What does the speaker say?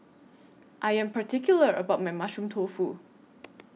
I Am particular about My Mushroom Tofu